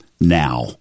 now